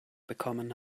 bekommen